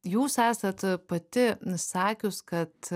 jūs esat pati sakius kad